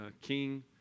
king